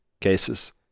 cases